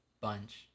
bunch